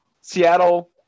Seattle